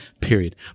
Period